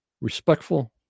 respectful